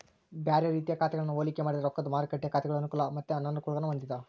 ಬ್ಯಾರೆ ರೀತಿಯ ಖಾತೆಗಳನ್ನ ಹೋಲಿಕೆ ಮಾಡಿದ್ರ ರೊಕ್ದ ಮಾರುಕಟ್ಟೆ ಖಾತೆಗಳು ಅನುಕೂಲ ಮತ್ತೆ ಅನಾನುಕೂಲಗುಳ್ನ ಹೊಂದಿವ